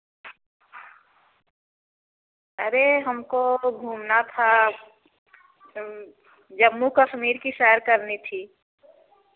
अरे हमको घूमना था जम्मू कश्मीर की सैर करनी थी